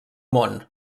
món